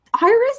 Iris